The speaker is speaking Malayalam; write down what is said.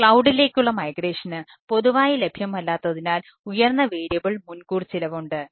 ക്ലൌഡിലേക്ക് മുൻകൂർ ചിലവുണ്ട്